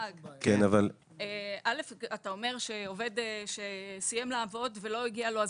אתה אומר שעובד סיים לעבוד ולא הגיעה לו הזכאות.